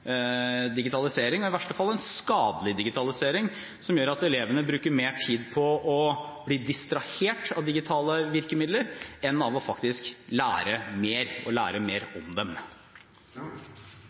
digitalisering, i verste fall en skadelig digitalisering, som gjør at elevene bruker mer tid på å bli distrahert av digitale virkemidler enn på faktisk å lære mer – og lære mer